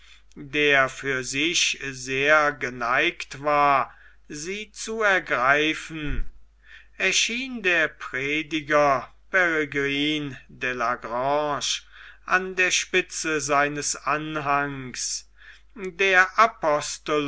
der für sich sehr geneigt war sie zu ergreifen erschien der prediger peregrine le grange an der spitze seines anhangs der apostel